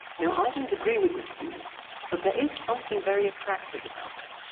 now i don't agree with this view but there is something very attractive about it.